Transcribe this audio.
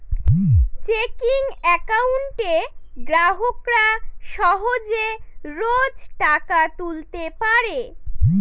checking একাউন্টে গ্রাহকরা সহজে রোজ টাকা তুলতে পারে